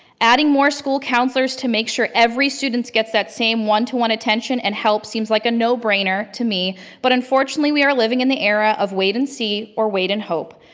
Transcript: adding more school counselors to make sure every student gets that same one to one attention and help seems like a no-brainer to me but unfortunately we are living in the era of wait and see or wait and hope.